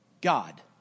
God